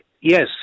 Yes